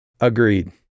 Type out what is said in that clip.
Agreed